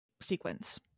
sequence